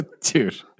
Dude